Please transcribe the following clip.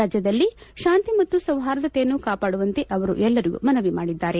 ರಾಜ್ಯದಲ್ಲಿ ಶಾಂತಿ ಮತ್ತು ಸೌಹಾರ್ದತೆಯನ್ನು ಕಾಪಾಡುವಂತೆ ಅವರು ಎಲ್ಲರಿಗೂ ಮನವಿ ಮಾಡಿದ್ದಾರೆ